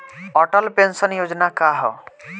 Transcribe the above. Atal pension Yojana का ह?